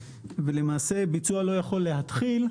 יש אנשים שהכביש בשבילם הוא מקום לנסוע בו,